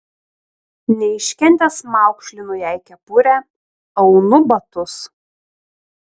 neiškentęs maukšlinu jai kepurę aunu batus